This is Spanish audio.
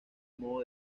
modo